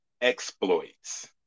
exploits